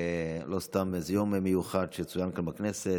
שלא סתם זה יום מיוחד שצוין כאן בכנסת.